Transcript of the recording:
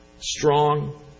strong